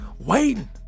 waiting